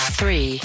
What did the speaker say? three